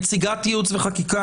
נציגת ייעוץ וחקיקה,